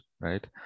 right